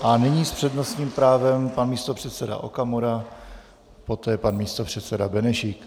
A nyní s přednostním právem pan místopředseda Okamura, poté pan místopředseda Benešík.